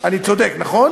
אני צודק, נכון?